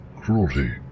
Cruelty